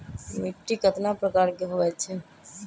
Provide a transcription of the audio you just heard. मिट्टी कतना प्रकार के होवैछे?